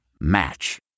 Match